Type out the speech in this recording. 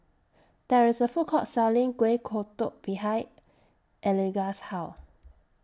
There IS A Food Court Selling Kueh Kodok behind Eligah's House